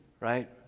Right